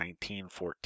1914